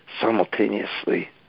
simultaneously